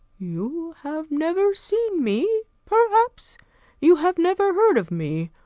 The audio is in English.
you have never seen me, perhaps you have never heard of me,